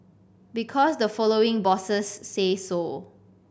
because the following bosses say so